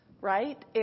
right